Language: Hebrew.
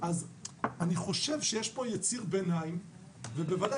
אז אני חושב שיש פה יציר ביניים ובוודאי